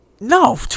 no